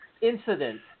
incident